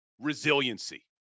resiliency